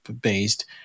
based